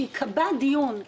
בזה שייקבע דיון בהול,